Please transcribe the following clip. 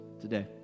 today